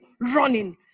running